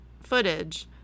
Footage